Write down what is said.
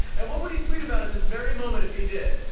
and, what would he tweet about at this very moment if he did?